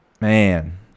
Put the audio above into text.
man